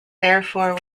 therefore